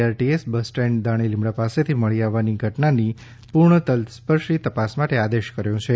R T S bus stand Dani Limda પાસેથી મળી આવવાની ઘટનાની સંપૂર્ણ તલસ્પર્શી તપાસ માટે આદેશ કર્યો છે